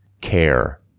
care